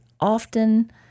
often